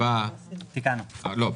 נכון.